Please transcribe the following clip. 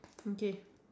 okay